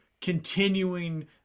continuing